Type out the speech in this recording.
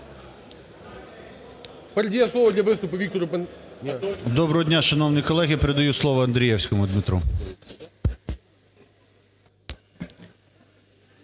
Доброго дня, шановні колеги. Передаю слово Андрієвському Дмитру.